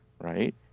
right